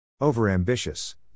Over-ambitious